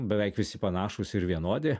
beveik visi panašūs ir vienodi